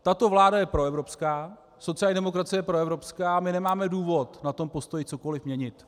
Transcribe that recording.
Tato vláda je proevropská, sociální demokracie je proevropská, my nemáme důvod na tom postoji cokoli měnit.